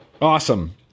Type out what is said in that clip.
Awesome